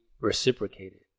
reciprocated